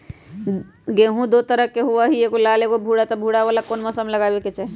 गेंहू दो तरह के होअ ली एगो लाल एगो भूरा त भूरा वाला कौन मौसम मे लगाबे के चाहि?